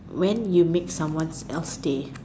when you make someone else day